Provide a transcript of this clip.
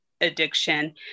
addiction